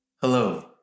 Hello